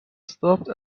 stopped